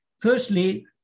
Firstly